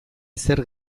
ezer